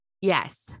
Yes